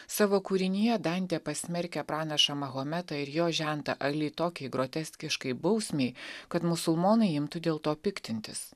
savo kūrinyje dantė pasmerkia pranašą mahometą ir jo žentą ali toki groteskiškai bausmei kad musulmonai imtų dėl to piktintis